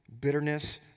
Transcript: bitterness